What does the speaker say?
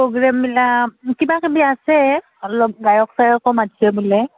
প্ৰগ্ৰেমবিলাক কিবা কিবি আছে অলপ গায়ক চায়কৰো মাতছে বোলে